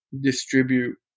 distribute